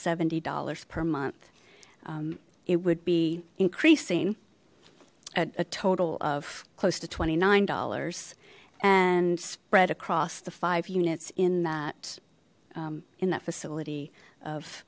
seventy dollars per month it would be increasing at a total of close to twenty nine dollars and spread across the five units in that in that facility of